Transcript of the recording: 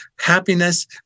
happiness